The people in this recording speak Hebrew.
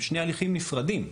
הם שני הליכים נפרדים,